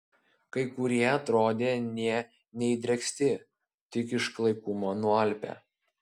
kai kurie atrodė nė neįdrėksti tik iš klaikumo nualpę